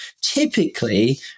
Typically